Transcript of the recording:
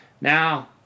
Now